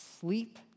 sleep